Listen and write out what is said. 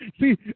See